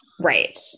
Right